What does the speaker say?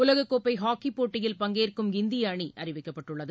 உலக கோப்பை ஹாக்கி போட்டியில் பங்கேற்கும் இந்திய அணி அறிவிக்கப்பட்டுள்ளது